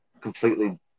completely